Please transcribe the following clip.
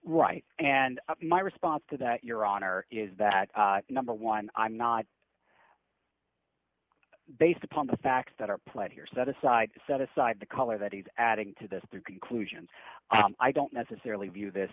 right and my response to that your honor is that number one i'm not based upon the facts that are played here set aside set aside the color that is adding to this their conclusions i don't necessarily view this